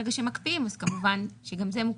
ברגע שמקפיאים אז כמובן שגם זה מוקפא,